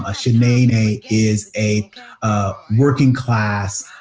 ah she made a is a a working class